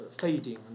fading